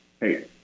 hey